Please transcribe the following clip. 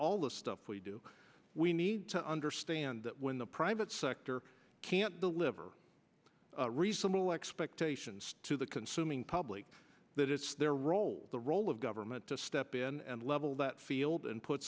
all the stuff we do we need to understand that when the private sector can't deliver reasonable expectation to the consuming public that it's their role the role of government to step in and level that field and put